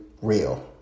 real